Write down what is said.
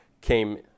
came